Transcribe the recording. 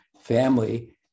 family